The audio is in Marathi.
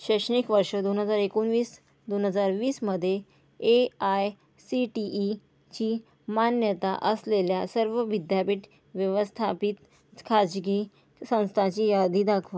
शैक्षणिक वर्ष दोन हजार एकोणवीस दोन हजार वीसमध्ये ए आय सी टी ईची मान्यता असलेल्या सर्व विद्यापीठ व्यवस्थापित खाजगी संस्थाची यादी दाखव